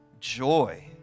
Joy